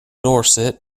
dorset